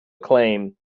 acclaim